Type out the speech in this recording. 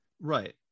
Right